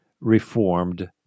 reformed